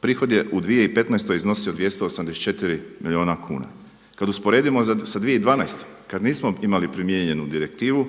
prihod je u 2015. iznosio 284 milijuna kuna. Kad usporedimo sa 2012. kad nismo imali primijenjenu direktivu